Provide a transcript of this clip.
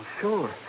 Sure